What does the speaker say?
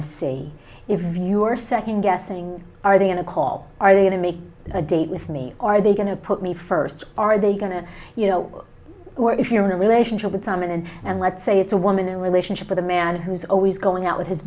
to see if you're second guessing are they going to call are they going to make a date with me are they going to put me first are they going to you know if you're in a relationship with someone and and let's say it's a woman in a relationship with a man who's always going out with his